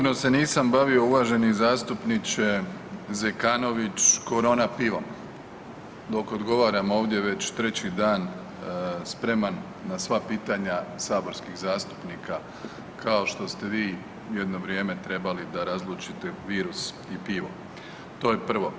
Sigurno se nisam bavio uvaženi zastupniče Zekanović korona pivom, dok odgovaram ovdje već 3 dan spreman na sva pitanja saborskih zastupnika kao što ste vi jedno vrijeme trebali da razlučite virus i pivo, to je prvo.